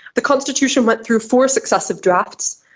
the constitution went through four successive drafts.